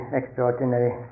extraordinary